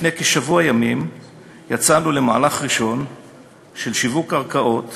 לפני כשבוע ימים יצאנו למהלך ראשון של שיווק קרקעות